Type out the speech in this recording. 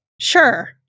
Sure